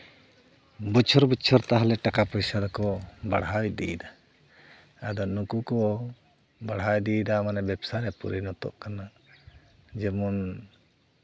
ᱵᱚᱪᱷᱚᱨ ᱵᱚᱪᱷᱚᱨ ᱛᱟᱦᱚᱞᱮ ᱴᱟᱠᱟ ᱯᱚᱭᱥᱟ ᱫᱚᱠᱚ ᱵᱟᱲᱦᱟᱣ ᱤᱫᱤᱭᱮᱫᱟ ᱟᱫᱚ ᱱᱩᱠᱩ ᱠᱚ ᱵᱟᱲᱦᱟᱣ ᱤᱫᱤᱭᱮᱫᱟ ᱢᱟᱱᱮ ᱵᱮᱵᱽᱥᱟᱨᱮ ᱯᱚᱨᱤᱱᱚᱛᱚᱜ ᱠᱟᱱᱟ ᱡᱮᱢᱚᱱ